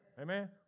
Amen